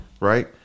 right